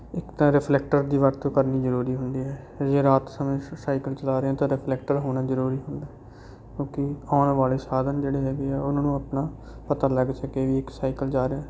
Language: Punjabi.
ਇੱਕ ਤਾਂ ਰਿਫਲੈਕਟਰ ਦੀ ਵਰਤੋਂ ਕਰਨੀ ਜ਼ਰੂਰੀ ਹੁੰਦੀ ਹੈ ਜੇ ਰਾਤ ਸਮੇਂ ਸ ਸਾਈਕਲ ਚਲਾ ਰਹੇ ਹਾਂ ਤਾਂ ਰਿਫਲੈਕਟਰ ਹੋਣਾ ਜ਼ਰੂਰੀ ਹੁੰਦਾ ਹੈ ਕਿਉਂਕਿ ਅਉਣ ਵਾਲੇ ਸਾਧਨ ਜਿਹੜੇ ਹੈਗੇ ਹੈ ਉਨ੍ਹਾਂ ਨੂੰ ਆਪਣਾ ਪਤਾ ਲੱਗ ਸਕੇ ਵੀ ਇੱਕ ਸਾਈਕਲ ਜਾ ਰਿਹਾ